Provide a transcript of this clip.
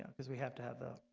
because we have to have the